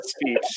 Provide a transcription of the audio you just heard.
speech